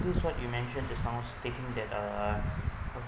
use what you mentioned just now taking that uh